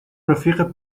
رفیق